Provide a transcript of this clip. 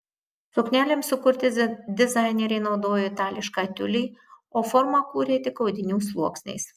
suknelėms sukurti dizainerė naudojo itališką tiulį o formą kūrė tik audinių sluoksniais